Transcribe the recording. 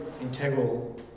integral